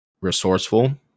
resourceful